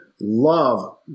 love